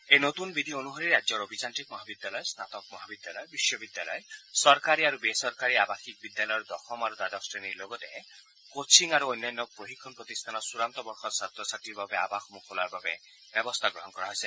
এই নতুন বিধি অনুসৰি ৰাজ্যৰ অভিযান্ত্ৰিক মহাবিদ্যালয় স্নাতক মহাবিদ্যালয় বিশ্ববিদ্যালয় চৰকাৰী আৰু বে চৰকাৰী আৱাসিক বিদ্যালয়ৰ দশম আৰু দ্বাদশ শ্ৰেণীৰ লগতে কোচিং আৰু অন্যান্য প্ৰশিক্ষণ প্ৰতিষ্ঠানৰ চূড়ান্ত বৰ্ষৰ ছাত্ৰ ছাত্ৰীৰ বাবে আৱাসসূহ খোলাৰ বাবে ব্যৱস্থা গ্ৰহণ কৰা হৈছে